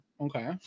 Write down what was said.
Okay